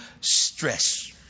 stress